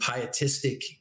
pietistic